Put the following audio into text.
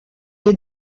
est